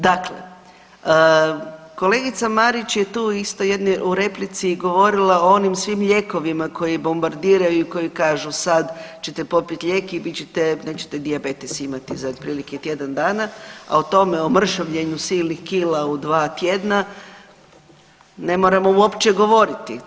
Dakle, kolegica Marić je tu isto u replici govorila o onim svim lijekovima koji bombardiraju i koji kažu sad ćete popiti lijek i bit ćete, nećete dijabetes imati za otprilike tjedan dana, a o tome, o mršavljenju silnih kila u dva tjedna ne moramo uopće govoriti.